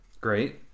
Great